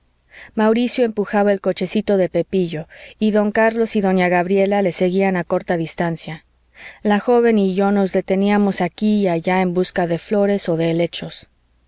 mauricio empujaba el cochecito de pepillo y don carlos y doña gabriela le seguían a corta distancia la joven y yo nos deteníamos aquí y allá en busca de flores o de helechos